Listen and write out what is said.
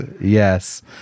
yes